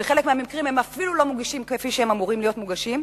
ובחלק מהמקרים הם אפילו לא מוגשים כפי שהם אמורים להיות מוגשים.